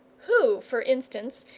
who, for instance,